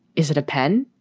is it a pen?